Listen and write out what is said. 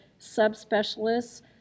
subspecialists